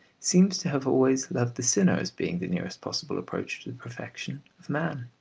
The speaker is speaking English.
seems to have always loved the sinner as being the nearest possible approach to the perfection of man.